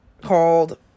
called